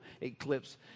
eclipse